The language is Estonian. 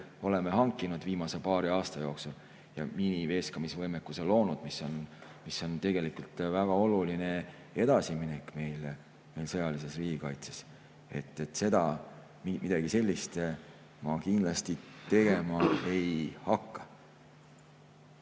oleme hankinud viimase paari aasta jooksul ja loonud miiniveeskamisvõimekuse, mis on tegelikult väga oluline edasiminek meie sõjalises riigikaitses. Midagi sellist ma kindlasti tegema ei hakka.